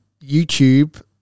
youtube